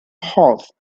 horse